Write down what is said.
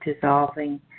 dissolving